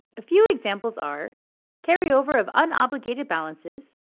a few examples are carryover of unobligated balances,